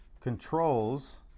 controls